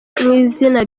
izina